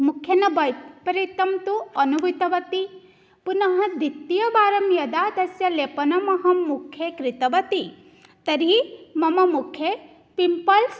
मुख्येन वैपरीत्यं तु अनुभूतवती पुनः द्वितीयवारं यदा तस्य लेपनम् अहं मुखे कृतवती तर्हि मम मुखे पिम्पल्स्